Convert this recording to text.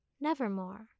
Nevermore